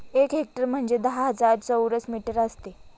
एक हेक्टर म्हणजे दहा हजार चौरस मीटर असते